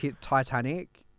Titanic